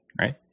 right